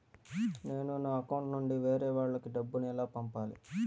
నేను నా అకౌంట్ నుండి వేరే వాళ్ళకి డబ్బును ఎలా పంపాలి?